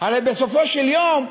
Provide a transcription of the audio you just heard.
הרי בסופו של יום,